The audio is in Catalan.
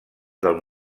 del